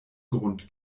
grund